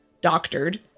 doctored